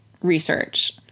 research